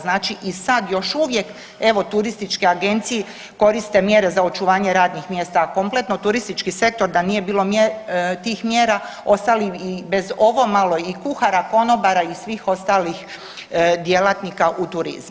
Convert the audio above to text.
Znači i sad još uvijek, evo, turističke agencije koriste mjere za očuvanje radnih mjesta, a kompletno turistički sektor, da nije bilo tih mjera, ostali bi i bez ovo malo i kuhara, konobara i svih ostalih djelatnika u turizmu.